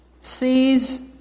sees